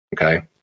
Okay